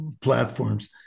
platforms